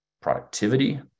productivity